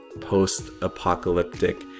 post-apocalyptic